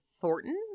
Thornton